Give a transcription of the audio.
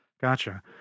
Gotcha